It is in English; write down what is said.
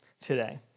today